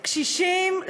קשישים,